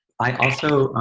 i also,